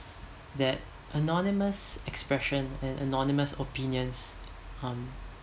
that anonymous expression and anonymous opinions um